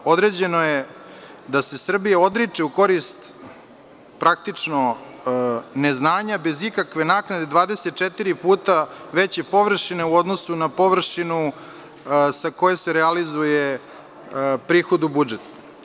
Određeno je da se Srbija odriče u korist praktično neznanja bez ikakve naknade 24 puta veće površine u odnosu na površinu sa koje se realizuje prihod u budžet.